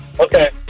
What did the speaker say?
Okay